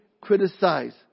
criticize